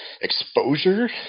exposure